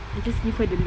I just give her the look